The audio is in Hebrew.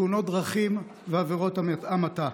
תאונות דרכים ועבירות המתה.